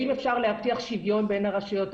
האם אפשר להבטיח שוויון בין הרשויות?